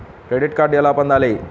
Credit card ఎలా పొందాలి?